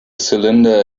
cylinder